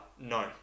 No